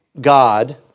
God